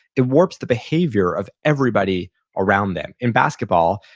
it works the behavior of everybody around them. in basketball,